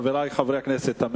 חברי חברי הכנסת,